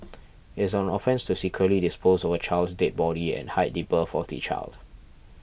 is an offence to secretly dispose of a child's dead body and hide the birth of the child